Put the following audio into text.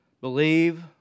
Believe